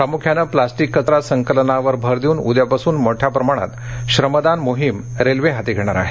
प्रामुख्यानं प्लास्टीक कचरा संकलनावर भर देऊन उद्यापासून मोठ्या प्रमाणात श्रमदान मोहिम रेल्वे हाती घेणार आहे